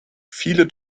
viele